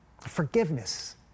Forgiveness